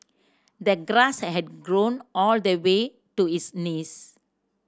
the grass had grown all the way to his knees